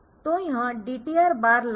तो यह DTR बार लाइन